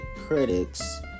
critics